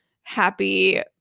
happy